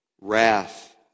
wrath